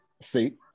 See